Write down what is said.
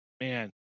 Man